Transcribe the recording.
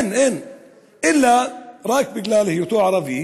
אין, אין, רק בגלל היותו ערבי